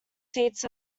seats